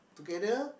together